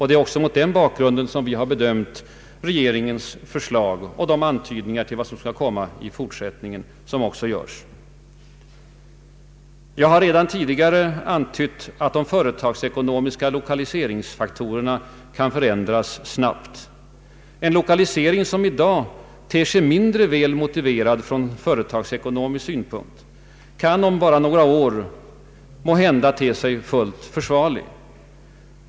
Det är också mot den bakgrunden vi har bedömt regeringens förslag och de antydningar som görs om vad som skall komma i fortsättningen. Jag har redan tidigare sagt att de företagsekonomiska lokaliseringsfaktorerna kan förändras snabbt. En lokalisering som i dag ter sig mindre väl motiverad från företagsekonomisk synpunkt kan om bara några år måhända te sig fullt försvarlig.